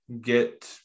get